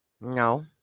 No